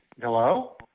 Hello